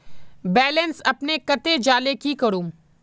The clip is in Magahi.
बैलेंस अपने कते जाले की करूम?